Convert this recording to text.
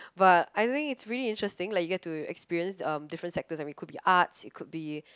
but I think it's really interesting like you get to experience um different sectors I mean it could be arts it could be